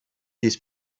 this